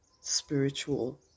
spiritual